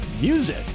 Music